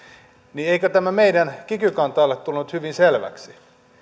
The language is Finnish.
niin eikö tämä meidän kiky kanta ole tullut nyt hyvin selväksi